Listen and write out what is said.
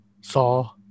saw